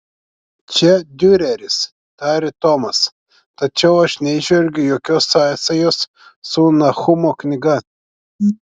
čia diureris tarė tomas tačiau aš neįžvelgiu jokios sąsajos su nahumo knyga